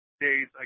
Days